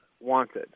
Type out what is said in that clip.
wanted